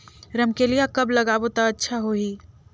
रमकेलिया कब लगाबो ता अच्छा होही?